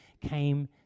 came